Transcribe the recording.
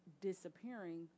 disappearing